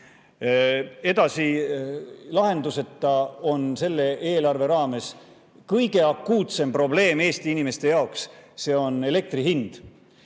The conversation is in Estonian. Edasi, lahenduseta on selle eelarve raames kõige akuutsem probleem Eesti inimeste jaoks – see on elektri hind.